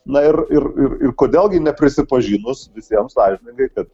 na ir ir ir ir kodėl gi neprisipažinus visiems sąžiningai kad